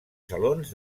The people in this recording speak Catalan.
salons